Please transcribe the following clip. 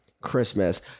Christmas